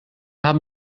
haben